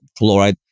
fluoride